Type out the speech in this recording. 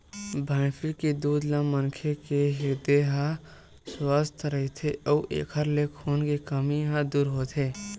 भइसी के दूद ले मनखे के हिरदे ह सुवस्थ रहिथे अउ एखर ले खून के कमी ह दूर होथे